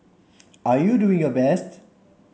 are you doing your best